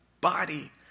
body